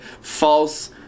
false